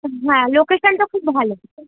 হ্যাঁ লোকেশানটা খুব ভালো